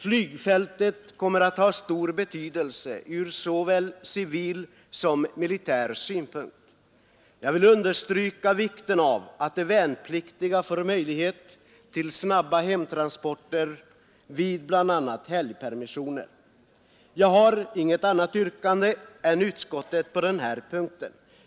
Flygfältet kommer att ha stor betydelse ur såväl civil som militär synpunkt. Jag vill understryka vikten av att de värnpliktiga får möjlighet till snabba hemtransporter vid bl.a. helgpermissioner.